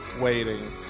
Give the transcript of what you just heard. waiting